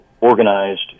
organized